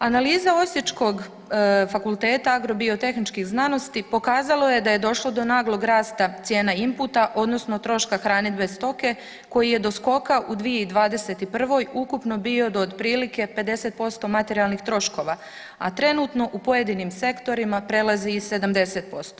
Analiza osječkog Fakulteta agrobiotehničkih znanosti, pokazalo je da je došlo do naglog rasta cijena inputa odnosno troška hranidbe stoke koji je do skoka u 2021. ukupno bio do otprilike 50% materijalnih troškova a trenutno u pojedinim sektorima prelazi i 70%